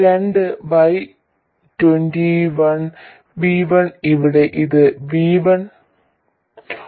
രണ്ട് Y21 v1 ഇവിടെ ഇത് v1